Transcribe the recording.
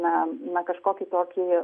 na na kažkokį tokį